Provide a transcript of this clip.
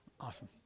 Awesome